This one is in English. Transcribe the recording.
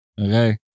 okay